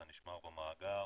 זה נשמר במאגר?